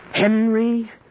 Henry